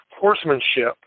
horsemanship